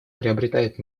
приобретает